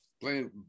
playing